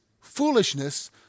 foolishness